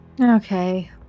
Okay